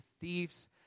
thieves